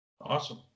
Awesome